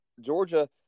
Georgia